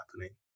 happening